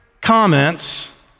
comments